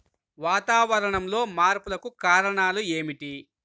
వాతావరణంలో మార్పులకు కారణాలు ఏమిటి?